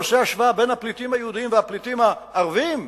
ועושה השוואה בין הפליטים היהודים והפליטים הערבים?